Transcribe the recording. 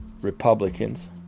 Republicans